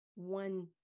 one